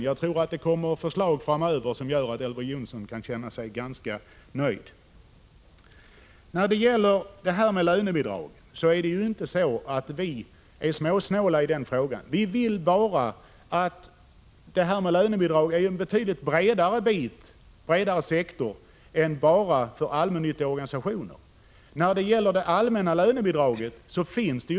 Jag tror att det kommer att läggas fram förslag framöver som gör att Elver Jonsson kan känna sig ganska nöjd. Det är inte så att vi är småsnåla när det gäller lönebidragen. Men lönebidragen är en bred sektor och omfattar inte enbart allmännyttiga organisationer. Det finns inget tak då det gäller det allmänna lönebidraget.